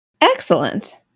Excellent